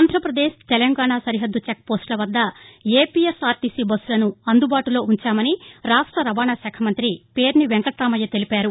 ఆంధ్రప్రదేశ్ తెలంగాణ సరిహద్దు చెక్పోస్టుల వద్ద ఏపీఎస్ ఆర్టీసీ బస్సులను అందుబాటులో ఉ ంచామని రాష్ట రవాణా శాఖ మంతి పేర్ని వెంకటామయ్య తెలిపారు